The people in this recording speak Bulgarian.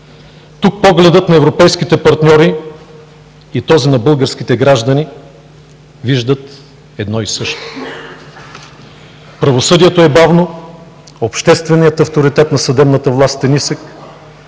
Тук погледът на европейските партньори и този на българските граждани вижда едно и също – правосъдието е бавно, общественият авторитет на съдебната власт е нисък,